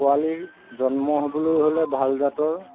পোৱালীৰ জন্ম হ'বলৈ হ'লে ভাল জাতৰ